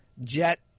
jet